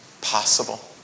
possible